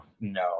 no